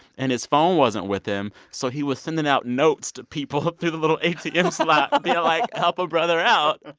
and his phone wasn't with him. so he was sending out notes to people through the little atm slot. being yeah like, help a brother out.